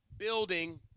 building